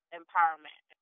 empowerment